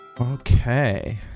okay